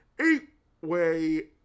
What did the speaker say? eight-way